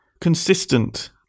consistent